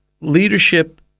Leadership